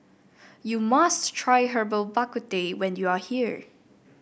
you must try Herbal Bak Ku Teh when you are here